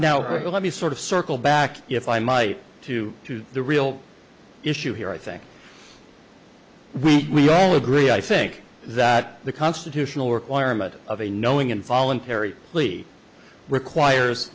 now let me sort of circle back if i might to to the real issue here i think we all agree i think that the constitutional requirement of a knowing and voluntary plea requires